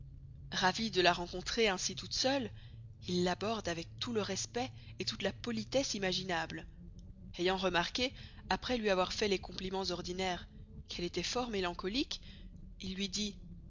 ravi de la rencontrer ainsi toute seule il l'aborde avec tout le respect et toute la politesse imaginable ayant remarqué aprés luy avoir fait les complimens ordinaires qu'elle estoit fort melancolique il luy dit